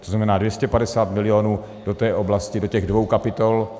To znamená, 250 milionů do té oblasti, do těch dvou kapitol.